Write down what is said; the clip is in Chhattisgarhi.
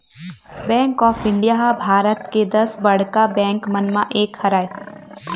बेंक ऑफ इंडिया ह भारत के दस बड़का बेंक मन म एक हरय